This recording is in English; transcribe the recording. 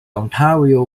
ontario